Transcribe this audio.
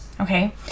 Okay